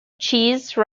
cheese